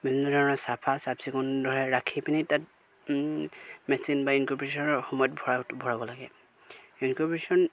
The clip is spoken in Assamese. বিভিন্ন ধৰণৰ চাফা চাফ চিকুণ ধৰে ৰাখি পিনি তাত মেচিন বা ইনকবেশ্যনৰ সময়ত ভৰা ভৰাব লাগে ইনকুবেশ্য়ন